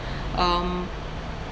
um